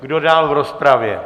Kdo dál v rozpravě?